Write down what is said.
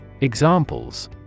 Examples